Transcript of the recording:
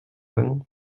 vingt